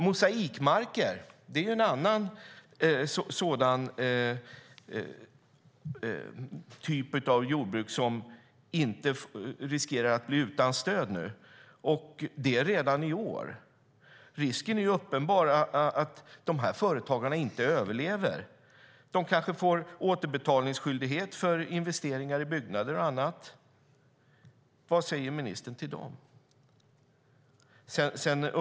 Mosaikmarker är en annan typ av jordbruk som riskerar att bli utan stöd redan i år. Risken är uppenbar att dessa företagare inte överlever. De kanske får återbetalningsskyldighet för investeringar i byggnader och annat. Vad säger ministern till dem?